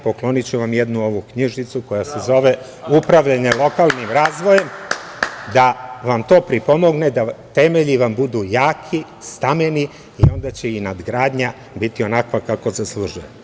Pokloniću vam jednu knjižicu koja se zove „Upravljanje lokalnim razvojem“, da vam to pripomogne, da vam temelji budu jaki, stameni i onda će nadgradnja biti onakva kakva zaslužuje.